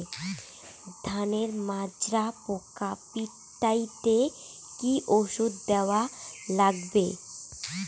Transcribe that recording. ধানের মাজরা পোকা পিটাইতে কি ওষুধ দেওয়া লাগবে?